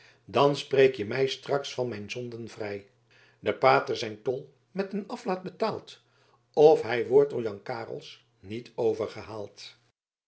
dan spreek je mij straks van mijn zonden vrij de pater zijn tol met een aflaat betaalt of hij wordt door jan carels niet